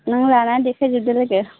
नों लानानै देखायजोबदो लोगो